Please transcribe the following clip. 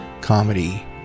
comedy